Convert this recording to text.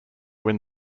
win